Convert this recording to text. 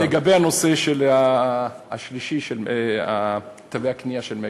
לגבי הנושא השלישי, של תווי הקנייה של "מגה",